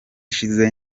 ishize